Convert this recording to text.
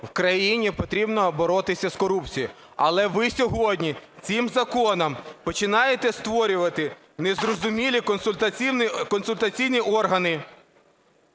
в країні потрібно боротися з корупцією, але ви сьогодні цим законом починаєте створювати незрозумілі консультаційні органи.